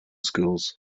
schools